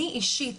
אני אישית,